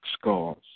scars